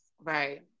right